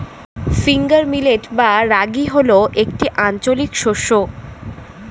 finger millet বা রাগী হল একটি আঞ্চলিক শস্য